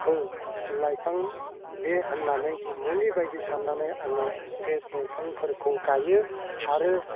लाइफां बे होननानै मुलि बायदि साननानै आङो बे दंफांफोरखौ गायो आरो